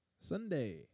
Sunday